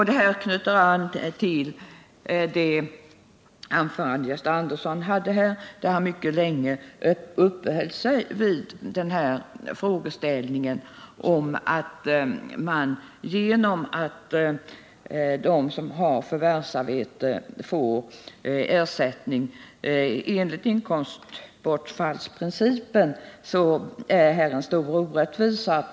Detta knyter an till det anförande som Gösta Andersson hade här, där han mycket länge uppehöll sig vid frågan om ersättning till förvärvsarbetande. Han menar att inkomstbortfallsprincipen innebär en stor orättvisa.